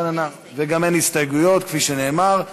וגם אין הסתייגויות, כפי שנאמר.